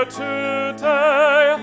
today